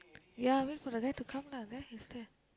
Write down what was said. ya wait for the guy to come lah there he's here